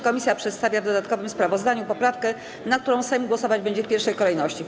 Komisja przedstawia w dodatkowym sprawozdaniu poprawkę, nad którą Sejm głosować będzie w pierwszej kolejności.